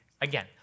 Again